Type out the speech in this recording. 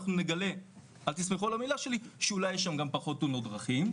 נגלה שאולי יש שם גם פחות תאונות דרכים,